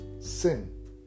sin